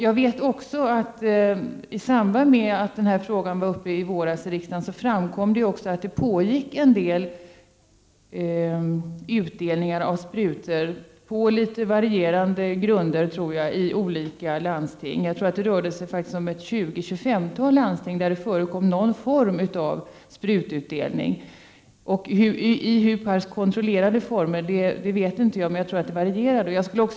I samband med att frågan var uppe i riksdagen i våras framkom att det pågick utdelning av sprutor på litet varierande grunder i olika landsting. Jag tror att det rörde sig om 20-25 landsting där det förekom någon form av sprututdelning. Jag vet inte i hur pass kontrollerade former detta skedde, men jag tror att det varierade.